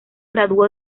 graduó